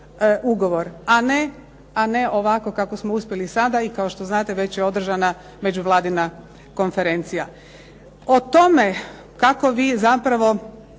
ugovor a ne ovako kako smo uspjeli sada. I kao što znate, već je održana međuvladina konferencija. O tome kako vi zapravo